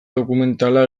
dokumentala